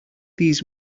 these